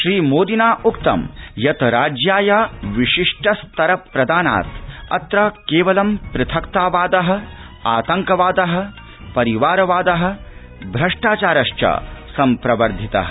श्रीमोदिना उक्तं यत् राज्याय विशिष्ट स्तर प्रदानात् अत्र केवलं पृथक्तावाद आतङ्कवाद परिवारवाद भ्रष्टाचारश्च संप्रवर्धिता